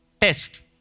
Test